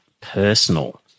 personal